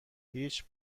هیچ